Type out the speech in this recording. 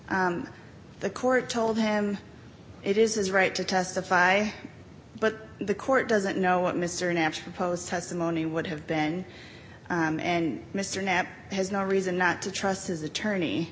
here the court told him it is his right to testify but the court doesn't know what mr nash proposed testimony would have been and mr knapp has no reason not to trust his attorney